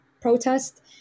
protest